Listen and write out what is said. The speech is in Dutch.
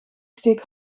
stick